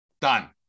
Done